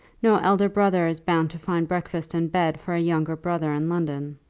no elder brother is bound to find breakfast and bed for a younger brother in london.